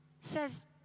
says